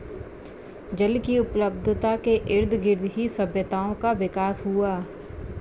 जल की उपलब्धता के इर्दगिर्द ही सभ्यताओं का विकास हुआ